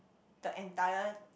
the entire